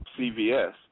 CVS